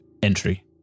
Entry